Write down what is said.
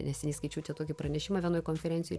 neseniai skaičiau tokį pranešimą vienoj konferencijoj